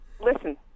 listen